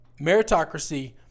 meritocracy